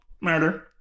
Murder